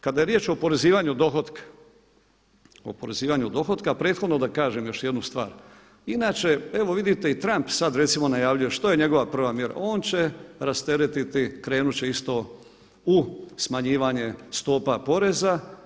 Kada je riječ o oporezivanju dohotka, o oporezivanju dohotka prethodno da kažem još jednu stvar, inače, evo vidite i Trump sada recimo najavljuje, što je njegova prva mjera, on će rasteretiti, krenuti će isto u smanjivanje stopa poreza.